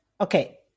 okay